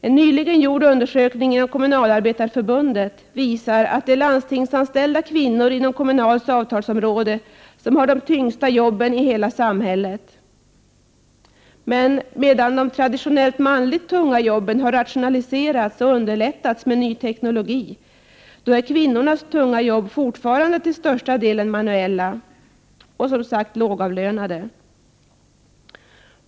En nyligen inom Kommunalarbetareförbundet gjord undersökning visar att det är landstingsanställda kvinnor inom kommunals avtalsområde som har de tyngsta jobben i hela samhället. Men medan de traditionellt manliga tunga jobben har rationaliserats och underlättats med ny teknologi, är kvinnornas tunga jobb fortfarande till största delen manuella — och, som sagt, lågavlönade.